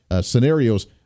scenarios